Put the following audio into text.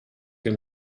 him